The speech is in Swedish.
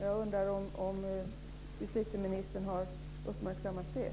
Jag undrar om justitieministern har uppmärksammat det.